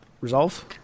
Resolve